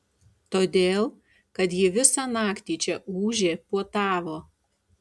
todėl kad ji visą naktį čia ūžė puotavo